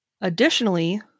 Additionally